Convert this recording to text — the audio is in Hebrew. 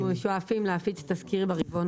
אנחנו שואפים להפיץ תזכיר ברבעון